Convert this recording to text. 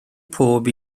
pob